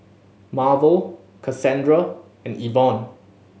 Marvel Cassandra and Yvonne